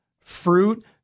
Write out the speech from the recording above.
fruit